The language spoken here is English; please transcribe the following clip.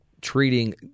treating